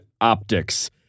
optics